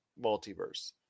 Multiverse